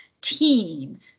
team